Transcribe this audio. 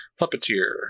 Puppeteer